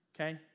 okay